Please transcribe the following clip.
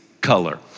color